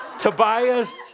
Tobias